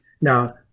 Now